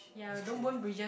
in school